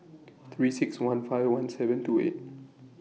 three six one five one seven two eight